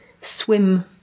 swim